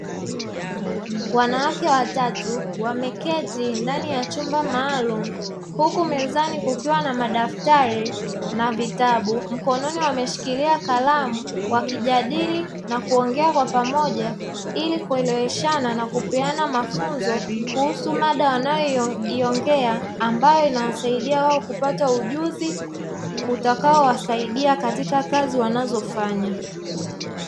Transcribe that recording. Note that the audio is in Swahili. Wanawake watatu wameketi ndani ya chumba maalumu huku mezani kukiwa na madaftari na vitabu mkononi wameshikilia kalamu wakijadili na kuongea kwa pamoja ili kueleweshana na kupeana mafunzo kuhusu mada wanayoiongea ambayo inawasaidia wao kupata ujuzi utakaowasaidia katika kazi wanazofanya.